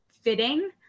fitting